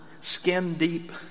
skin-deep